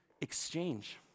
exchange